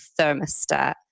thermostat